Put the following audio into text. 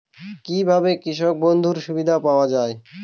কি ভাবে কৃষক বন্ধুর সুবিধা পাওয়া য়ায়?